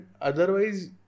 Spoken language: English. otherwise